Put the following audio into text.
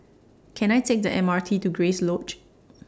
Can I Take The M R T to Grace Lodge